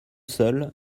seul